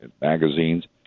magazines—